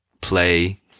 play